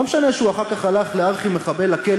לא משנה שאחר כך הוא הלך לארכי-מחבל לכלא